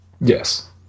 Yes